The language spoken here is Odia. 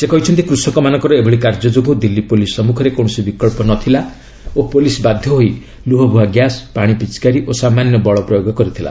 ସେ କହିଛନ୍ତି କୁଷକମାନଙ୍କର ଏଭଳି କାର୍ଯ୍ୟ ଯୋଗୁଁ ଦିଲ୍ଲୀ ପୋଲିସ୍ ସମ୍ମୁଖରେ କୌଣସି ବିକ୍ସ ନ ଥିଲା ଓ ପୋଲିସ୍ ବାଧ୍ୟ ହୋଇ ଲୁହବୁହା ଗ୍ୟାସ୍ ପାଣି ପିଚକାରୀ ଓ ସାମାନ୍ୟ ବଳ ପ୍ରୟୋଗ କରିଥିଲା